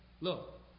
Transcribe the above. look